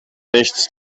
nichts